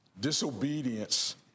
Disobedience